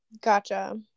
gotcha